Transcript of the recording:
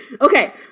okay